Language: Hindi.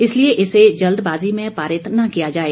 इसलिए इसे जल्दबाजी में पारित न किया जाए